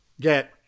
get